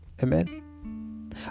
Amen